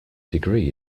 degree